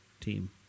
team